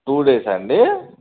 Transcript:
two days అండి